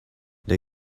they